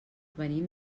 venim